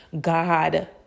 God